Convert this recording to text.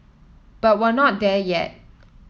but we're not there yet